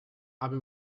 aber